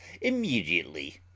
immediately